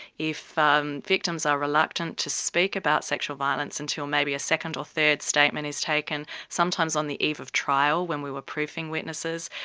if um victims are reluctant to speak about sexual violence until maybe a second or third statement is taken, sometimes on the eve of trial when we were proofing witnesses,